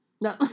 No